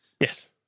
Yes